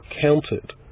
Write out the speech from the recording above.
counted